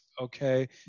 okay